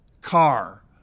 car